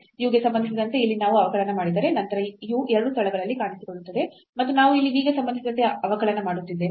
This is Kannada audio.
u ಗೆ ಸಂಬಂಧಿಸಿದಂತೆ ಇಲ್ಲಿ ನೀವು ಅವಕಲನ ಮಾಡಿದರೆ ನಂತರ ಈ u ಎರಡೂ ಸ್ಥಳಗಳಲ್ಲಿ ಕಾಣಿಸಿಕೊಳ್ಳುತ್ತದೆ ಮತ್ತು ನಾವು ಇಲ್ಲಿ v ಗೆ ಸಂಬಂಧಿಸಿದಂತೆ ಅವಕಲನ ಮಾಡುತ್ತಿದ್ದೇವೆ